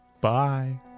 Bye